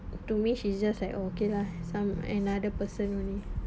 to me she just like okay lah some another person only